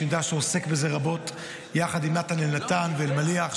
שאני יודע שעוסק בזה רבות יחד עם נתן אלנתן ורפי אלמליח,